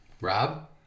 Rob